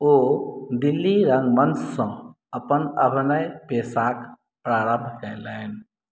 ओ दिल्ली रङ्गमञ्चसँ अपन अभिनय पेशाक प्रारम्भ कयलनि